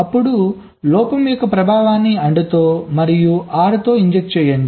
అప్పుడు లోపం యొక్క ప్రభావాన్ని AND తో మరియు OR తో ఇంజెక్ట్ చేయండి